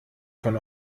von